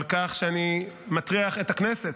על כך שאני מטריח את הכנסת.